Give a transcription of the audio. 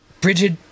Bridget